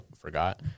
forgot